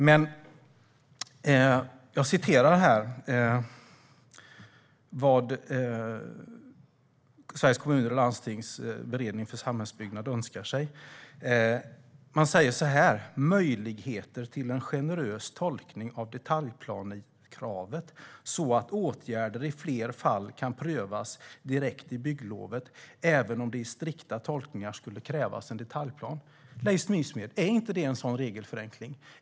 Jag ska citera vad Sveriges Kommuner och Landstings beredning för samhällsbyggnad önskar sig: "Möjligheter till en generös tolkning av detaljplanekravet, så att åtgärder i fler fall kan prövas direkt i bygglovet även om det i strikta tolkningar skulle krävas detaljplan." Är inte det en regelförenkling, Leif Nysmed?